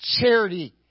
charity